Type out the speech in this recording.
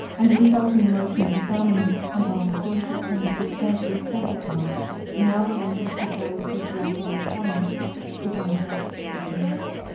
and the resulting emotional disarmament and vulnerability can be substantially satisfied in our relations with those whose rational autonomy is undeveloped or diminished.